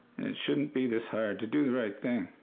it shouldn't be this hard to do the right thing.